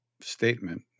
statement